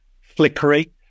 flickery